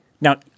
now